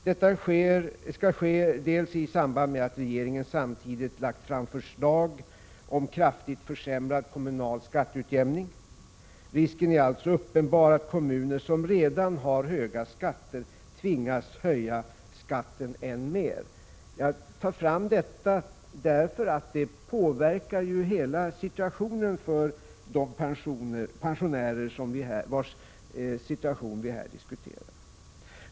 Detta skall ses i samband med att regeringen samtidigt lagt fram förslag om kraftigt försämrad kommunal skatteutjämning. Risken är stor att kommuner som redan har höga skatter tvingas höja skatten än mera. Jag tar fram detta därför att det påverkar hela situationen för de pensionärer som vi här diskuterar.